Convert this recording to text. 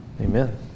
Amen